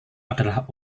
adalah